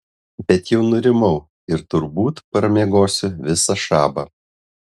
bet jau nurimau ir turbūt pramiegosiu visą šabą